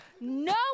No